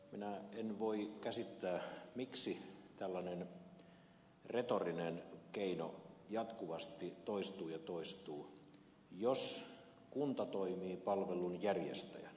minä en voi käsittää miksi tällainen retorinen keino jatkuvasti toistuu ja toistuu jos kunta toimii palvelun järjestäjänä